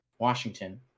Washington